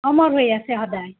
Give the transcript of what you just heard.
অমৰ হৈ আছে সদায়